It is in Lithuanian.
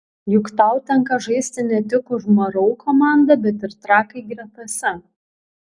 juk tau tenka žaisti ne tik už mru komandą bet ir trakai gretose